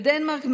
בדנמרק,